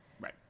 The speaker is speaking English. Right